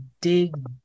dig